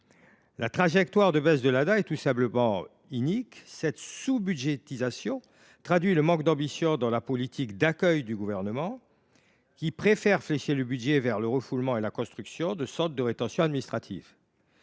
La trajectoire de baisse de l’ADA est donc tout simplement inique. Cette sous budgétisation traduit le manque d’ambition de la politique d’accueil du Gouvernement, qui préfère flécher le budget vers le refoulement et la construction de centres de rétention administrative.